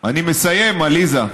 אני מסיים, עליזה,